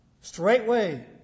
straightway